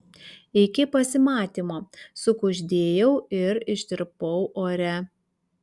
iki pasimatymo sukuždėjau ir ištirpau ore